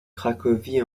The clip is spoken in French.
cracovie